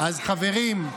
אז חברים,